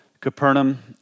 Capernaum